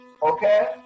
okay